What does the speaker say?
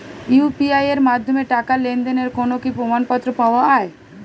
UPI এর মাধ্যমে টাকা লেনদেনের কোন কি প্রমাণপত্র পাওয়া য়ায়?